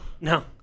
No